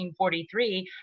1943